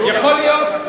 גדולות, בהחלט.